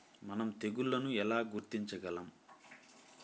మనం తెగుళ్లను ఎలా గుర్తించగలం?